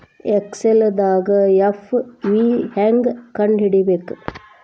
ಎಕ್ಸೆಲ್ದಾಗ್ ಎಫ್.ವಿ ಹೆಂಗ್ ಕಂಡ ಹಿಡಿಬೇಕ್